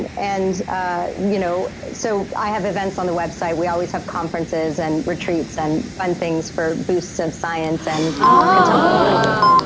and and ah you know so i have events on the website. we always have conferences and retreats, and fun things for boosts of science and contemplative practice.